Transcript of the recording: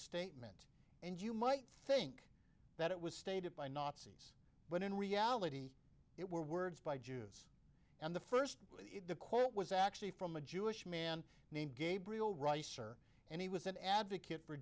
statement and you might think that it was stated by nazis when in reality it were words by jews and the first the quote was actually from a jewish man named gabriel reiser and he was an advocate for